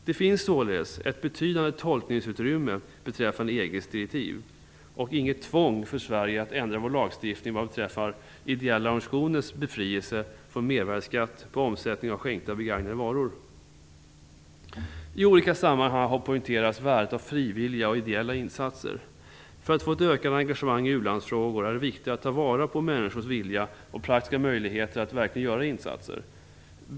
Det finns således ett betydande tolkningsutrymme beträffande EG:s direktiv och inget tvång för Sverige att ändra vår lagstiftning vad beträffar ideella organisationers befrielse från mervärdesskatt på omsättning av skänkta och begagnade varor. I olika sammanhang har värdet av frivilliga och ideella insatser poängterats. För att få ett ökat engagemang i u-landsfrågor är det viktigt att ta vara på människors vilja och praktiska möjligheter att verkligen göra insatser.